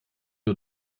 nur